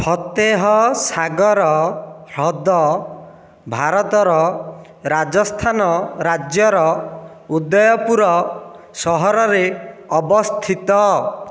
ଫତେହସାଗର ହ୍ରଦ ଭାରତର ରାଜସ୍ଥାନ ରାଜ୍ୟର ଉଦୟପୁର ସହରରେ ଅବସ୍ଥିତ